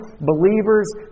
believers